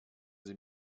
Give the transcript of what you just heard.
sie